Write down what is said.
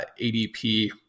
ADP